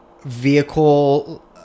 vehicle